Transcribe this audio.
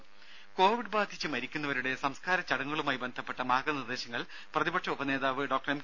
ദേദ കോവിഡ് ബാധിച്ച് മരിക്കുന്നവരുടെ സംസ്കാര ചടങ്ങുകളുമായി ബന്ധപ്പെട്ട മാർഗ്ഗനിർദ്ദേശങ്ങൾ പ്രതിപക്ഷ ഉപനേതാവ് ഡോക്ടർ എം